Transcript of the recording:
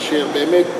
כאשר באמת,